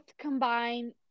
combine